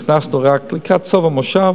נכנסנו רק לקראת סוף המושב.